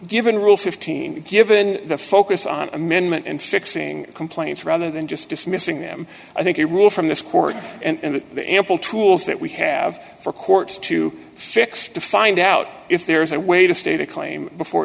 given rule fifteen given the focus on amendment and fixing complaints rather than just dismissing them i think it will from this court and the ample tools that we have for courts to fix to find out if there is a way to state a claim before